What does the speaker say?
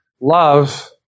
love